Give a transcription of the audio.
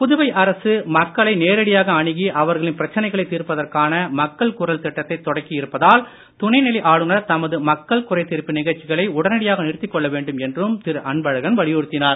புதுவை அரசு மக்களை நேரடியாக அணுகி அவர்களின் பிரச்சினைகளை தீர்ப்பதற்கான மக்கள் குரல் திட்டத்தை தொடக்கி இருப்பதால்துணைநிலை ஆளுநர் தமது மக்கள் குறைதீர்ப்பு நிகழ்ச்சிகளை உடனடியாக நிறுத்திக்கொள்ள வேண்டும் என்றும் திரு அன்பழகன் வலியுறுத்தினார்